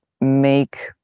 make